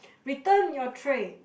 return your tray